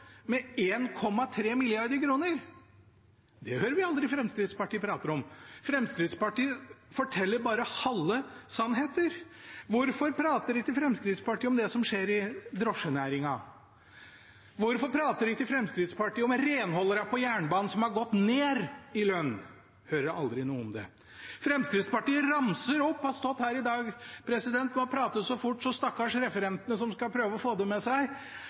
med 1,3 mrd. kr. Det hører vi aldri Fremskrittspartiet prate om. Fremskrittspartiet forteller bare halve sannheter. Hvorfor prater ikke Fremskrittspartiet om det som skjer i drosjenæringen? Hvorfor prater ikke Fremskrittspartiet om renholderne på jernbanen, som har gått ned i lønn? Vi hører aldri noe om det. Fremskrittspartiet ramser opp – har stått her i dag og pratet så fort at stakkars referentene som skal prøve å få det med seg